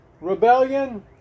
rebellion